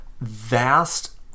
vast